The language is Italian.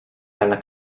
dalla